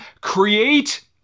create